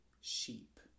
sheep